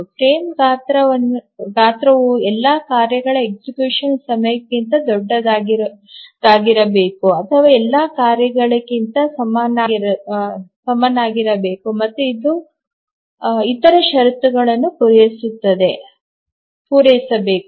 frame ಗಾತ್ರವು ಎಲ್ಲಾ ಕಾರ್ಯಗಳ execution ಸಮಯಕ್ಕಿಂತ ದೊಡ್ಡದಾಗಿರಬೇಕು ಅಥವಾ ಎಲ್ಲಾ ಕಾರ್ಯಗಳಿಗಿಂತ ಸಮನಾಗಿರಬೇಕು ಮತ್ತು ಅದು ಇತರ ಷರತ್ತುಗಳನ್ನು ಪೂರೈಸಬೇಕು